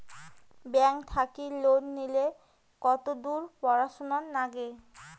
Bank থাকি loan নিলে কতদূর পড়াশুনা নাগে?